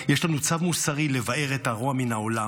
יש לנו צו מוסרי לבער את הרוע מן העולם.